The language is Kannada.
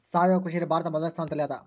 ಸಾವಯವ ಕೃಷಿಯಲ್ಲಿ ಭಾರತ ಮೊದಲನೇ ಸ್ಥಾನದಲ್ಲಿ ಅದ